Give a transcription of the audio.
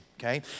okay